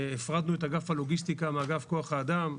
הפרדנו את אגף הלוגיסטיקה מאגף כוח האדם.